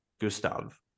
Gustav